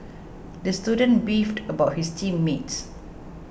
the student beefed about his team mates